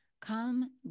Come